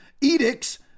edicts